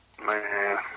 Man